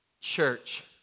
Church